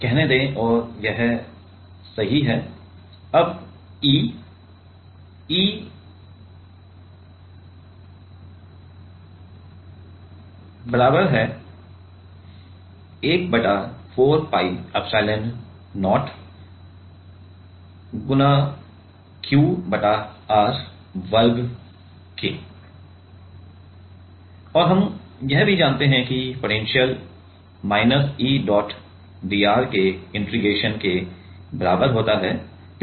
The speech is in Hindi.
अब E E के बराबर है जो 1 बटा 4 pi epsilon नहीं × Q बटा r वर्ग परिमाण E के बराबर है और हम यह भी जानते हैं कि potential minus E dot d r के इंटीग्रेशन के बराबर होता है